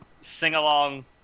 sing-along